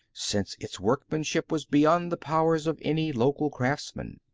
since its workmanship was beyond the powers of any local craftsman.